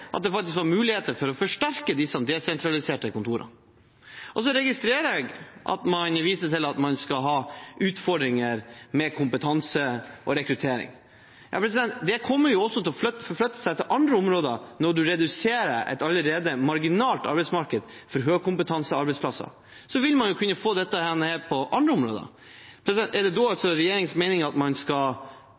at det faktisk var muligheter for å forsterke disse desentraliserte kontorene. Så registrerer jeg at man viser til at man vil få utfordringer med kompetanse og rekruttering. Det kommer jo også til å forflytte seg til andre områder. Når man reduserer et allerede marginalt arbeidsmarked for høykompetansearbeidsplasser, vil man jo kunne få dette på andre områder. Er det da regjeringens mening at man skal